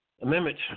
Amendment